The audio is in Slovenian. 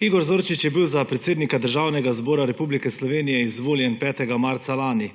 Igor Zorčič je bil za predsednika Državnega zbora Republike Slovenije izvoljen 5. marca lani,